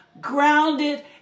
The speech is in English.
grounded